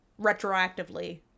retroactively